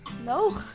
No